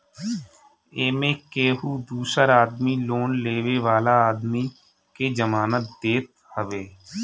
एमे केहू दूसर आदमी लोन लेवे वाला आदमी के जमानत देत हवे